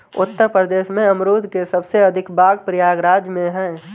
उत्तर प्रदेश में अमरुद के सबसे अधिक बाग प्रयागराज में है